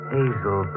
Hazel